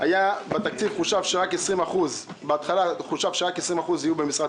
אם בתקציב חושב שרק 20% יהיו במשרת